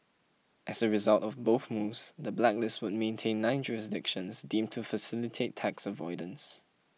as a result of both moves the blacklist would maintain nine jurisdictions deemed to facilitate tax avoidance